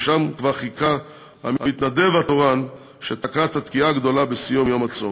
ושם כבר חיכה המתנדב התורן שתקע את התקיעה הגדולה בסיום יום הצום.